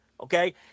okay